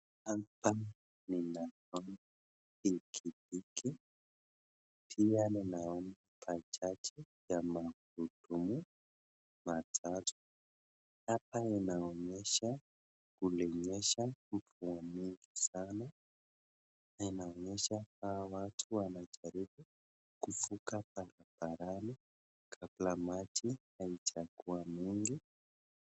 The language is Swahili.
Hapa ninaona pikipi, pia ninaona bajaji ama gurudumu matatu. Hapa inaonyesha kulinyesha mvua mengi sana. Nainaonyesha hawa watu wanajaribu kuvuka barabarani, kabla maji haijakuwa mengi.